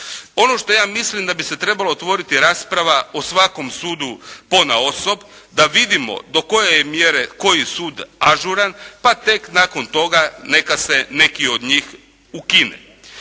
Ono što ja mislim da bi se trebalo otvoriti rasprava o svakom sudu ponaosob, da vidimo do koje je mjere koji sud ažuran, pa tek nakon toga neka se neki od njih ukine.